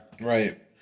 Right